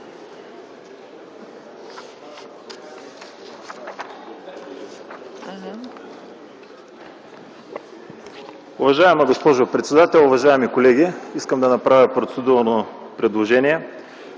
Уважаема госпожо председател, уважаеми колеги! Искам да направя процедурно предложение: